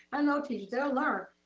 i know teachers, they'll learn,